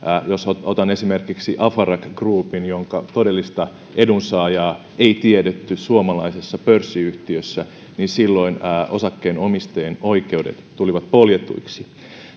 jos otan esimerkiksi afarak groupin niin sen todellista edunsaajaa ei tiedetty suomalaisessa pörssiyhtiössä jolloin osakkeenomistajien oikeudet tulivat poljetuiksi